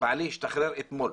בעלי השתחרר אתמול'.